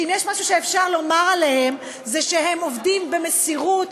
שאם יש משהו שאפשר לומר עליהם זה שהם עובדים במסירות,